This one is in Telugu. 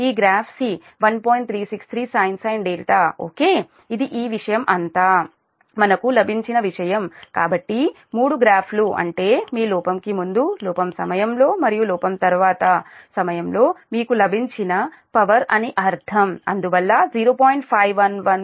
363 sin δ ఓకే ఇది ఈ విషయం అంతా మనకు లభించిన విషయం కాబట్టి మూడు గ్రాఫ్లు అంటే మీ లోపం కు ముందు లోపం సమయంలో మరియు లోపం తర్వాత సమయంలో మీకు లభించిన పవర్ అని అర్థం అందువల్ల 0